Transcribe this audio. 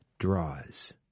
draws